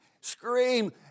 scream